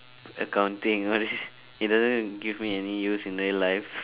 accounting all this it doesn't give me any use in my life